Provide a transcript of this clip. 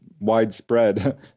widespread